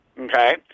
Okay